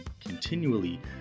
continually